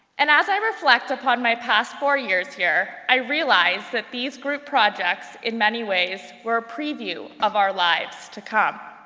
and as i reflect upon my past four years here, i realize that these group projects in many ways were a preview of our lives to come.